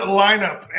lineup